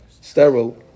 sterile